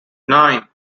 nine